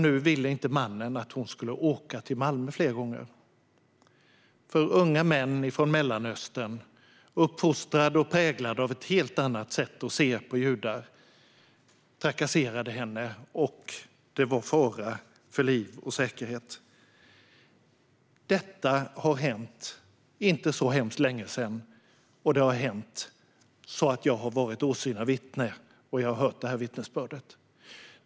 Nu ville inte mannen att hon skulle åka till Malmö fler gånger. Unga män från Mellanöstern, uppfostrade och präglade av ett helt annat sätt att se på judar, trakasserade henne, och det var fara för liv och säkerhet. Detta har hänt för inte så hemskt länge sedan. Det har hänt så att jag har varit åsyna vittne, och jag har hört vittnesbördet.